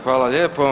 Hvala lijepo.